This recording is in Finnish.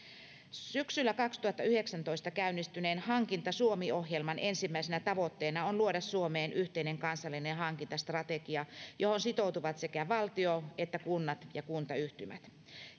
syksyllä kaksituhattayhdeksäntoista käynnistyneen hankinta suomi ohjelman ensimmäisenä tavoitteena on luoda suomeen yhteinen kansallinen hankintastrategia johon sitoutuvat sekä valtio että kunnat ja kuntayhtymät